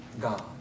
God